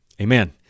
amen